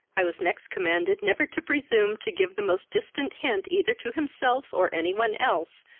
i was next commanded never to presume to give the most distant hint either to himself or any one else,